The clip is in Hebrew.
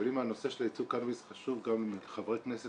אבל אם הנושא של הייצוא קנאביס חשוב גם לחברי כנסת